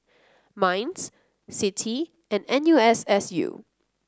Minds CITI and N U S S U